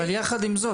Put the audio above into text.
אבל יחד עם זאת,